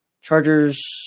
Chargers